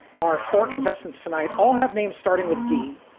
our four contestants tonight all have names, starting with d.